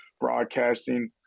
broadcasting